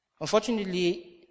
Unfortunately